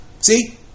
See